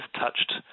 touched